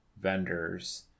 vendors